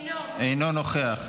אינו נוכח,